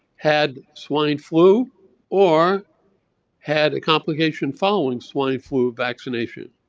had swine flu or had a complication following swine flu vaccination.